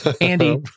andy